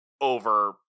over